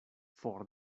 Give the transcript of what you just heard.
for